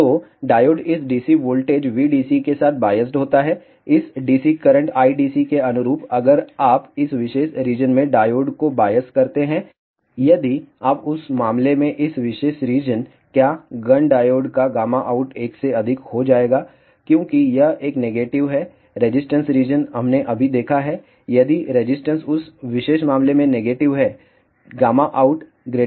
तो डायोड इस DC voltage VDC के साथ बायस्ड होता है इस DC करंट IDC के अनुरूपअगर आप इस विशेष रिजन में डायोड को बायस करते हैंयदि आप उस मामले में इस विशेष रीजन क्या गन डायोड का गामा आउट 1 से अधिक हो जाएगा क्योंकि यह एक नेगेटिव है रेजिस्टेंस रीजन हमने अभी देखा है यदि रेजिस्टेंस उस विशेष मामले में नेगेटिव है out1